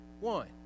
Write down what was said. one